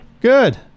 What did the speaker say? good